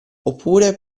oppure